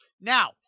now